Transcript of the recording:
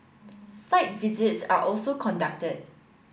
site visits are also conducted